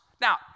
now